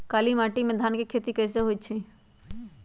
काली माटी में धान के खेती कईसे होइ छइ?